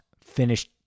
finished